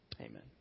Amen